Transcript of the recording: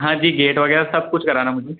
हाँ जी गेट वगैरह सब कुछ कराना मुझे